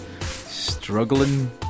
Struggling